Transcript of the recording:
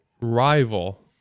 rival